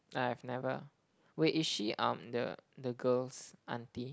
I have never wait is she um the the girl's auntie